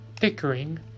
bickering